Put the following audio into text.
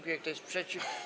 Kto jest przeciw?